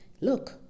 Look